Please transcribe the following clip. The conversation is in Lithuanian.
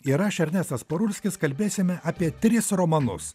ir aš ernestas parulskis kalbėsime apie tris romanus